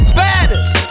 baddest